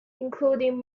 including